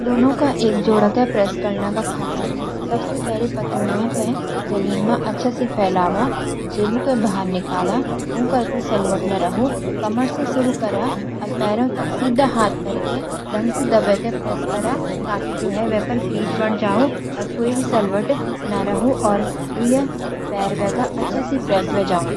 पतलून क एक जोड़ा त प्रैस करणा के खातिर सबसी पहली पतलूनों के जमीन म अच्छा सी फैलाव जेब के बाहर निकाला, ऊ पर कोई सलवट न राहु, कमर सी शुरू करा आर पैरों तक सिद्धा हाथ करी के ढंग सी दबे के प्रैस करा ताकि जु है वे पर क्रीज बन जाउ और कोई भी सलवट नह राहु और द्वि पैर वे का अच्छा सी प्रैस वे जांऊंन।